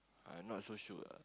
I'm not so sure